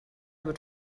wird